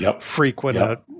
frequent